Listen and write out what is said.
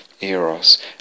eros